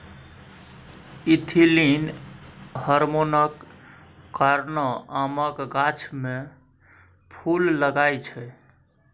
ethylene हार्मोनक कारणेँ आमक गाछ मे फुल लागय छै